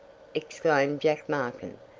exclaimed jack markin,